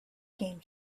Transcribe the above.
came